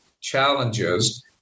challenges